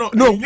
no